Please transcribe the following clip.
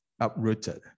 uprooted